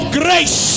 grace